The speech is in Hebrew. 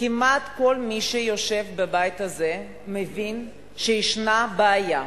כמעט כל מי שיושב בבית הזה מבין שיש בעיה.